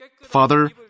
Father